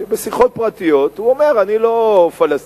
שבשיחות פרטיות הוא אומר: אני לא פלסטיני,